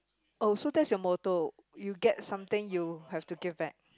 oh so that's you motto you get something you have to give back